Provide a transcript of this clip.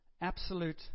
absolute